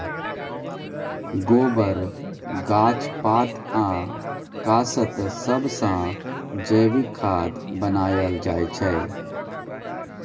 गोबर, गाछ पात आ कासत सबसँ जैबिक खाद बनाएल जाइ छै